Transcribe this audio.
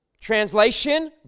Translation